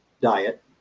diet